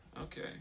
Okay